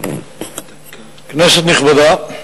כנסת נכבדה,